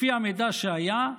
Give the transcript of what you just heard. לפי המידע שהיה,